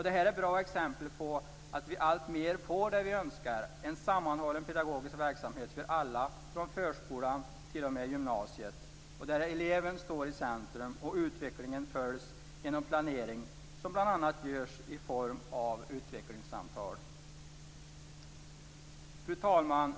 Det här är bra exempel på att vi alltmer får det vi önskar, en sammanhållen pedagogisk verksamhet för alla, från förskolan t.o.m. gymnasiet, där eleven står i centrum och utvecklingen följs genom planering, som bl.a. görs i form av utvecklingssamtal. Fru talman!